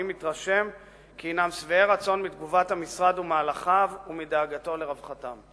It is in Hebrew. אני מתרשם כי הם שבעי רצון מתגובת המשרד ומהלכיו ומדאגתו לרווחתם.